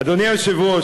אדוני היושב-ראש,